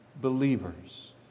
believers